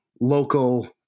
local